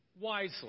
wisely